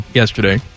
yesterday